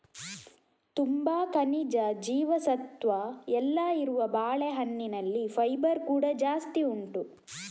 ತುಂಬಾ ಖನಿಜ, ಜೀವಸತ್ವ ಎಲ್ಲ ಇರುವ ಬಾಳೆಹಣ್ಣಿನಲ್ಲಿ ಫೈಬರ್ ಕೂಡಾ ಜಾಸ್ತಿ ಉಂಟು